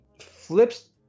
flips